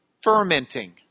fermenting